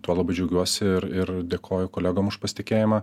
tuo labai džiaugiuosi ir ir dėkoju kolegom už pasitikėjimą